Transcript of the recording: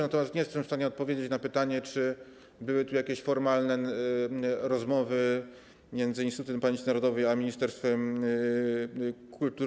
Natomiast nie jestem w stanie odpowiedzieć na pytanie, czy były jakieś formalne rozmowy między Instytutem Pamięci Narodowej a ministerstwem kultury.